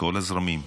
מכל הזרמים,